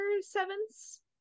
sevens